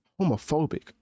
homophobic